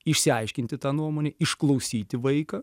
išsiaiškinti tą nuomonę išklausyti vaiką